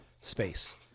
space